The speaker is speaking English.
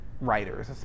writers